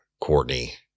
Courtney